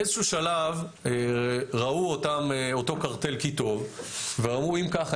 באיזשהו שלב ראו אותו קרטל כי טוב ואמרו אם ככה,